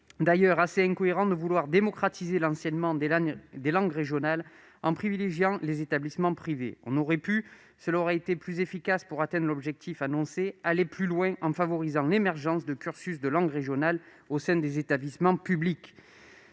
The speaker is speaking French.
d'ailleurs assez incohérent de vouloir démocratiser l'enseignement des langues régionales en privilégiant les établissements privés ; on aurait pu- cela aurait été plus efficace pour atteindre l'objectif annoncé -aller plus loin, en favorisant l'émergence de cursus de langues régionales au sein des établissements publics.